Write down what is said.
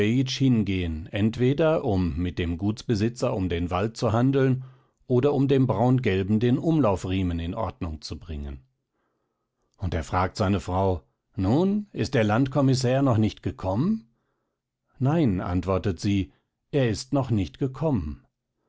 hingehen entweder um mit dem gutsbesitzer um den wald zu handeln oder um dem braungelben den umlaufriemen in ordnung zu bringen und er fragt seine frau nun ist der landkommissär noch nicht gekommen nein antwortet sie er ist noch nicht gekommen